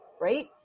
right